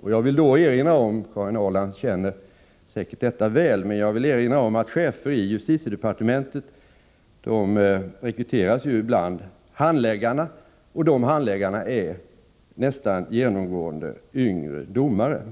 och jag vill erinra om — Karin Ahrland känner säkert till detta mycket väl — att chefer i justitiedepartementet rekryteras bland handläggarna, som nästan genomgående är yngre domare.